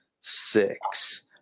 six